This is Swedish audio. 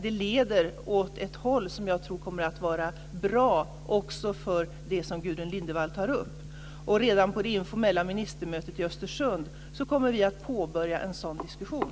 Det leder åt ett håll som jag tror kommer att vara bra också för det som Gudrun Lindvall tar upp. Redan på det informella ministermötet i Östersund kommer vi att påbörja en sådan diskussion.